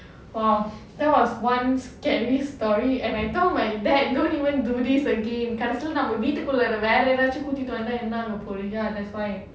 !wow! that was one scary story and I told my dad don't even do this again கடைசில வீட்டுக்குள்ள வேற ஏதாச்சும் கூட்டிட்டு வந்தா வேற என்ன பண்ண போறீங்க:kadaisila veetukullaam vera ethachum kootittu vandhaa vera enna panna poreenga that's why